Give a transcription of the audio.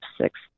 six